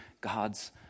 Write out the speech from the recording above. god's